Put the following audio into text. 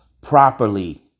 properly